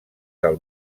del